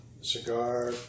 cigar